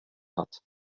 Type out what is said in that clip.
hat